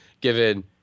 given